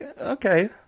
Okay